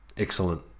excellent